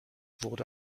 wurde